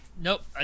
nope